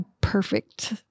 perfect